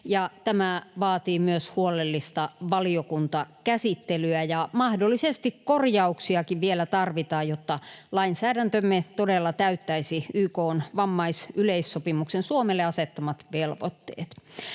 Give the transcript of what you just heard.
tämä vaatii myös huolellista valiokuntakäsittelyä, ja mahdollisesti korjauksiakin vielä tarvitaan, jotta lainsäädäntömme todella täyttäisi YK:n vammaisyleissopimuksen Suomelle asettamat velvoitteet.